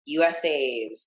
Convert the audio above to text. USAs